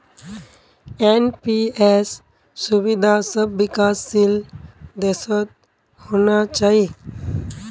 NPS सुविधा सब विकासशील देशत होना चाहिए